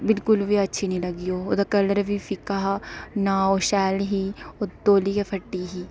बिल्कुल बी अच्छी निं लग्गी ओह् ओह्दा कल्लर बी फिक्का हा न ओह् शैल ही ओह् तौली गै फट्टी ही